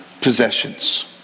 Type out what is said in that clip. possessions